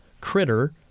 Critter